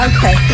Okay